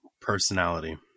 personality